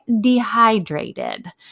dehydrated